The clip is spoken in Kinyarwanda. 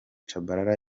tchabalala